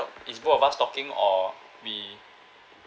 it's both of us talking or we